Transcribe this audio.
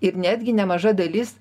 ir netgi nemaža dalis